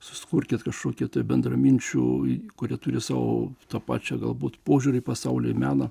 susikurkit kažkokia tai bendraminčių kurie turi savo tą pačią galbūt požiūrį į pasaulį meną